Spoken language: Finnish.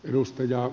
edustaja